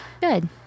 Good